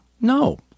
No